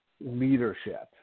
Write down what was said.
leadership